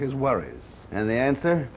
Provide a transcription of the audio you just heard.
his worries and the answer